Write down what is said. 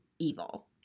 evil